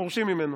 פורשים ממנו.